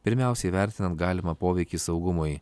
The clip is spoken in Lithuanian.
pirmiausia įvertinant galimą poveikį saugumui